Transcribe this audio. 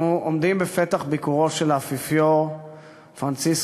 אנחנו עומדים בפתח ביקורו של האפיפיור פרנציסקוס,